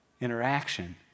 interaction